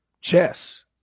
chess